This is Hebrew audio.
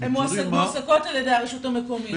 הן מועסקות על ידי הרשות המקומית.